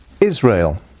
Israel